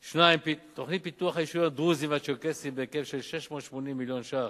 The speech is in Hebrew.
2. תוכנית לפיתוח היישוב הדרוזי והצ'רקסי בהיקף 680 מיליון ש"ח,